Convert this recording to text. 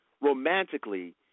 romantically